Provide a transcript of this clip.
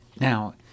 Now